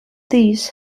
this